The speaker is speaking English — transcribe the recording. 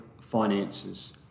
finances